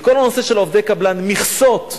לכל הנושא של עובדי קבלן, מכסות,